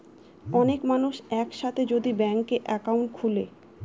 অনেক মানুষ এক সাথে যদি ব্যাংকে একাউন্ট খুলে